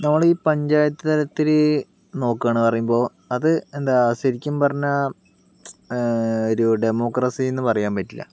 നമ്മളീ പഞ്ചായത്ത് തലത്തിൽ നോക്കുകയാണ് പറയുമ്പോൾ അത് എന്താ ശരിക്കും പറഞ്ഞാൽ ഒരു ഡെമോക്രസിന്നു പറയാൻ പറ്റില്ല